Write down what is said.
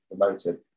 promoted